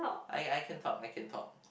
I I can talk I can talk